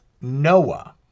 Noah